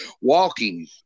walking